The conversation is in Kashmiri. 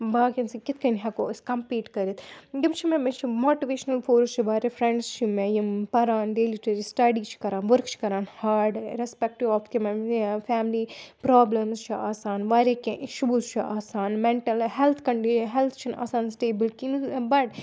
باقیَن سۭتۍ کِتھ کٔنۍ ہٮ۪کو أسۍ کَمپیٖٹ کٔرِتھ یِم چھِ مےٚ مےٚ چھِ ماٹٕویشنَل فورٕس چھِ واریاہ فرٛٮ۪نٛڈٕس چھِ مےٚ یِم پَران ڈیلی سٕٹَڈی چھِ کَران ؤرٕک چھِ کَران ہاڈ رٮ۪سپٮ۪کٹِو آف کہِ فیملی پرٛابلِمٕز چھِ آسان واریاہ کیٚنٛہہ اِشُوٕز چھِ آسان مٮ۪نٹَل ہٮ۪لٕتھ کَنڈِ ہٮ۪لٕتھ چھِنہٕ آسان سٕٹیبٕل کِہی بَٹ